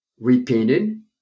repainted